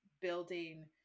building